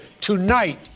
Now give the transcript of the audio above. tonight